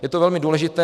Je to velmi důležité.